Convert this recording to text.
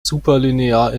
superlinear